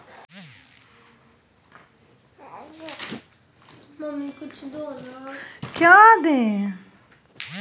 खेती मे नबका मशीनक प्रयोग सँ उपजा केँ बढ़ाएल जा सकै छै